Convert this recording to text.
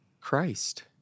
Christ